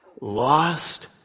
Lost